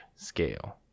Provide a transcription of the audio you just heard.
scale